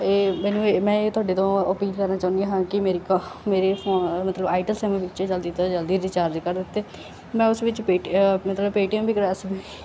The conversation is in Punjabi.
ਇਹ ਮੈਨੂੰ ਇਹ ਮੈਂ ਇਹ ਤੁਹਾਡੇ ਤੋਂ ਅਪੀਲ ਕਰਨਾ ਚਾਹੁੰਦੀ ਹਾਂ ਕਿ ਮੇਰੀ ਕ ਮੇਰੇ ਫੋ ਮਤਲਬ ਆਈਟ ਸਮੇਂ ਵਿੱਚ ਜਲਦੀ ਤੋਂ ਜਲਦੀ ਰਿਚਾਰਜ ਕਰ ਦਿੱਤੇ ਮੈਂ ਉਸ ਵਿੱਚ ਪੇਟੀ ਮਤਲਬ ਪੇਟੀਐਮ ਵੀ ਕਰਵਾਇਆ ਸੀ